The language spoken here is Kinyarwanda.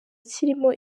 kirimo